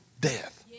death